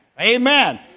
Amen